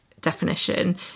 definition